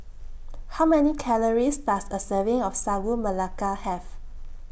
How Many Calories Does A Serving of Sagu Melaka Have